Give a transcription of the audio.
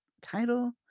title